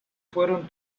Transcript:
fueron